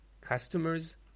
customers